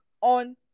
on